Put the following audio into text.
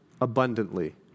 abundantly